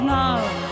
now